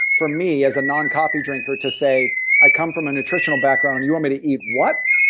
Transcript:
for me, as a non-coffee drinker, to say i come from a nutritional background, you want me to eat what?